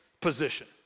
position